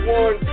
one